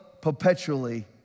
perpetually